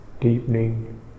deepening